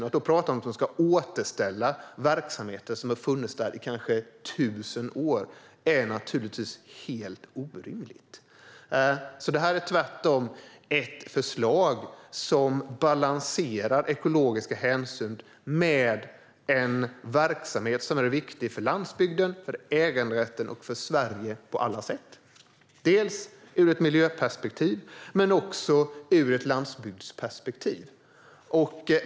Att prata om att återställa verksamheter som har funnits där i kanske 1 000 år är naturligtvis helt orimligt. Det här är tvärtom ett förslag som balanserar ekologiska hänsyn med en verksamhet som är viktig för landsbygden, för äganderätten och för Sverige dels ur ett miljöperspektiv, dels ur ett landsbygdsperspektiv.